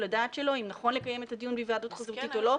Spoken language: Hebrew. הדעת שלו אם נכון לקיים את הדיון בהיוועדות חזותית או לא,